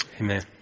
Amen